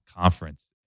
conference